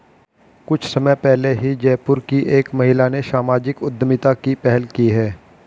कुछ समय पहले ही जयपुर की एक महिला ने सामाजिक उद्यमिता की पहल की है